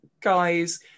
guys